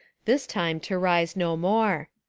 this time to rise no more.